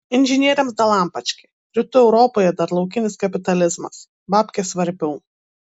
inžinieriams dalampački rytų europoje dar laukinis kapitalizmas babkės svarbiau